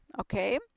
Okay